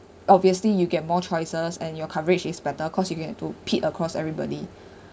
obviously you get more choices and your coverage is better cause you get to pit across everybody